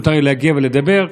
מותר לי להגיע ולדבר.